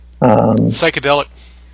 Psychedelic